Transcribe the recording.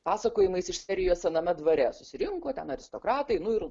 pasakojimais iš serijos sename dvare susirinko ten aristokratai nu ir